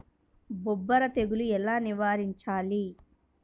బొబ్బర తెగులు ఎలా నివారించాలి?